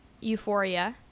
Euphoria